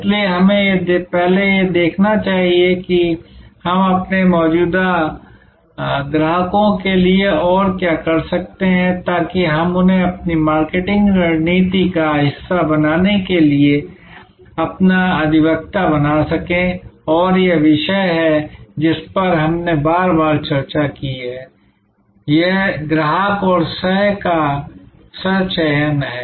इसलिए हमें पहले यह देखना चाहिए कि हम अपने मौजूदा ग्राहकों के लिए और क्या कर सकते हैं ताकि हम उन्हें अपनी मार्केटिंग रणनीति का हिस्सा बनाने के लिए अपना अधिवक्ता बना सकें और यह वह विषय है जिस पर हमने बार बार चर्चा की है यह ग्राहक और सह का सह चयन है